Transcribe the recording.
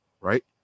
right